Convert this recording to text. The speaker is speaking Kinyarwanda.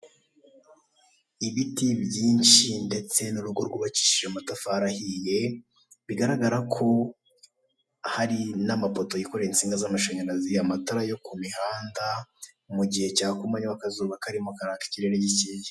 Ibiti byinshi ndetse n'urugo rwubakishije amatafari ahiye, bigaragara ko hari n'amapoto yikoreye insinga z'amashanyarazi, amatara yo ku mihanda, mu gihe cya ku manywa akazuba karimo karaka ikirere gikeye.